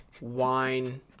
Wine